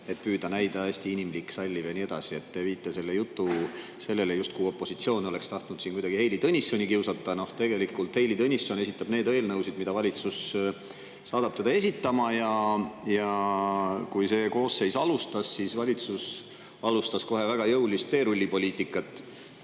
et näida hästi inimlik, salliv ja nii edasi. Te viite jutu sellele, justkui opositsioon oleks tahtnud kuidagi Heili Tõnissoni kiusata. Tegelikult esitab Heili Tõnisson neid eelnõusid, mida valitsus saadab teda esitama. Kui see koosseis alustas, siis valitsus alustas kohe väga jõulist teerullipoliitikat.